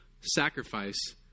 sacrifice